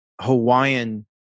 Hawaiian